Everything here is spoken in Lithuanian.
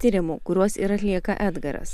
tyrimų kuriuos ir atlieka edgaras